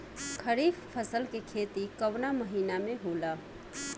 खरीफ फसल के खेती कवना महीना में होला?